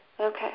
okay